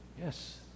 Yes